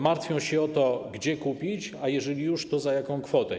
Martwią się o to, gdzie go kupić, a jeżeli już, to za jaką kwotę.